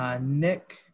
Nick